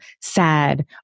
sad